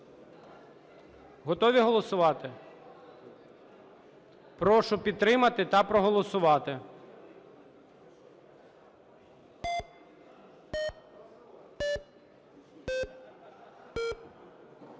Готові голосувати? Прошу підтримати та проголосувати.